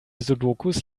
sudokus